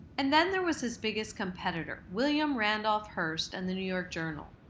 and then there was his biggest competitor, william randolph hearst and the new york journal.